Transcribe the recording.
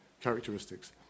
characteristics